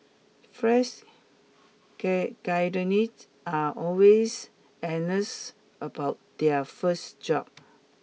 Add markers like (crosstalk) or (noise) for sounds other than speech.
fresh (unintelligible) are always (unintelligible) about their first job